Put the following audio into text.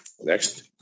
Next